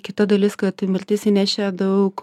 kita dalis kad mirtis įnešė daug